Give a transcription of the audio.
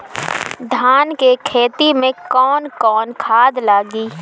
धान के खेती में कवन कवन खाद लागी?